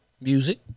music